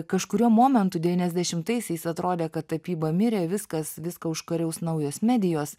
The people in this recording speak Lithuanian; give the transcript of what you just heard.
kažkuriuo momentu devyniasdešimtaisiais atrodė kad tapyba mirė viskas viską užkariaus naujos medijos